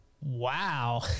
wow